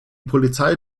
polizei